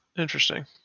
Interesting